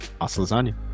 lasagna